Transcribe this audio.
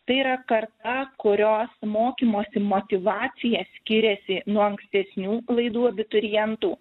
tai yra karta kurios mokymosi motyvacija skiriasi nuo ankstesnių laidų abiturientų